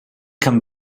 can